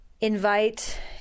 invite